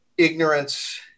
ignorance